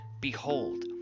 behold